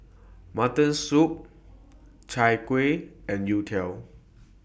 Mutton Soup Chai Kueh and Youtiao